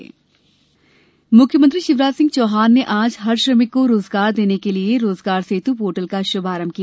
रोजगार सेतु मुख्यमंत्री शिवराज सिंह चौहान ने आज हर श्रमिक को रोजगार देने के लिये रोजगार सेतु पोर्टल का शुभारंभ किया